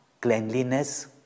cleanliness